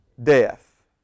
death